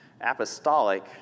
apostolic